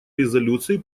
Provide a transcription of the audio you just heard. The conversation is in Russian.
резолюции